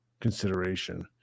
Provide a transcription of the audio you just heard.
consideration